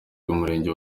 bw’umurenge